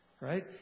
Right